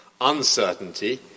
uncertainty